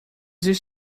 this